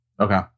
Okay